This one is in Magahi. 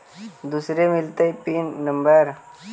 दुसरे मिलतै पिन नम्बर?